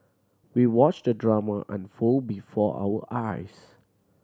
we watched the drama unfold before our eyes